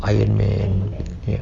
iron man ya